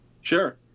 sure